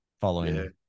following